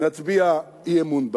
נצביע אי-אמון בה.